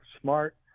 Smart